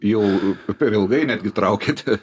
jau per ilgai netgi traukiate